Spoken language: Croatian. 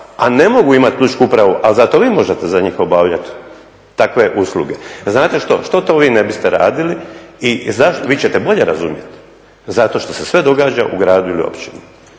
a ne mogu imati lučku upravu a zato vi možete za njih obavljati takve usluge, znate što? Što to vi ne biste radili? Vi ćete bolje razumjeti, zato što se sve događa u gradu ili općini.